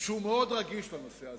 שהוא מאוד רגיש לנושא הזה.